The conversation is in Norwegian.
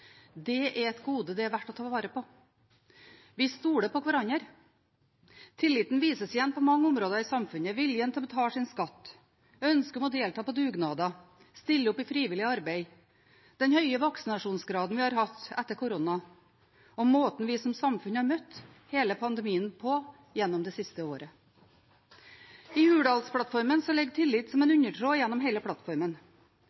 Det er et gode det er verdt å ta vare på. Vi stoler på hverandre. Tilliten vises igjen på mange områder i samfunnet: viljen til å betale sin skatt, ønsket om å delta i dugnader og stille opp i frivillig arbeid, den høye vaksinasjonsgraden vi har hatt etter korona, og måten vi som samfunn har møtt hele pandemien på gjennom det siste året. I Hurdalsplattformen ligger tillit som en